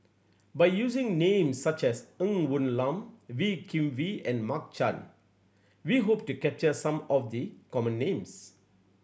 by using names such as Ng Woon Lam Wee Kim Wee and Mark Chan we hope to capture some of the common names